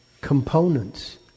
components